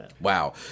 Wow